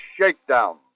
Shakedown